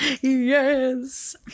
Yes